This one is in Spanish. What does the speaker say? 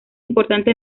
importante